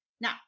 Now